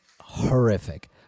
horrific